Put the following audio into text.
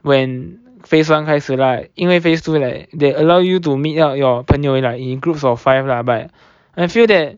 when phase one 开始啦因为 phase two like they allow you to meet up your 朋友 like in groups of five lah but I feel that